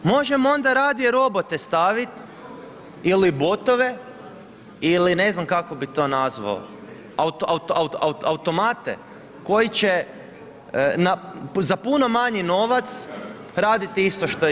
Možemo onda radnije robote stavit ili botove, ili ne znam kako bi to nazvao, automate koji će za puno manji novac raditi isto što i vi.